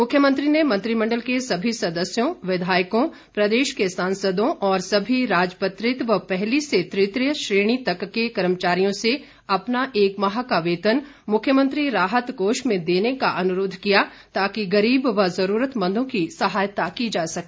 मुख्यमंत्री ने मंत्रिमंडल के सभी सदस्यों विधायकों प्रदेश के सांसदों और सभी राजपत्रित व पहली से तृतीय श्रेणी तक के कर्मचारियों से अपना एक माह का वेतन मुख्यमंत्री राहत कोष में देने का अनुरोध किया ताकि गरीब व जरूरतमंदों की सहायता की जा सके